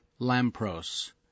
Lampros